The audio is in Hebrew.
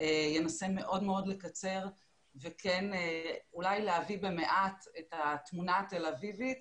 אנסה מאוד מאוד לקצר וכן אולי להביא במעט את התמונה התל אביבית